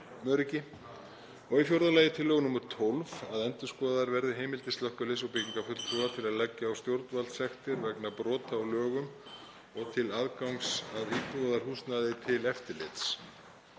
öryggi og í fjórða lagi tillögu nr. 12, að endurskoðaðar verði heimildir slökkviliðs og byggingafulltrúa til að leggja á stjórnvaldssektir vegna brota á lögum og til aðgangs að íbúðarhúsnæði til eftirlits.